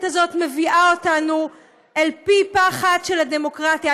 הזאת מביאה אותנו אל פי פחת של הדמוקרטיה,